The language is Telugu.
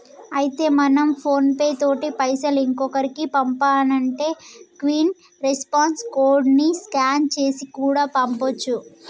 అయితే మనం ఫోన్ పే తోటి పైసలు ఇంకొకరికి పంపానంటే క్విక్ రెస్పాన్స్ కోడ్ ని స్కాన్ చేసి కూడా పంపొచ్చు